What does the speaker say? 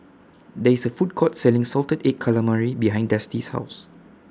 There IS A Food Court Selling Salted Egg Calamari behind Dusty's House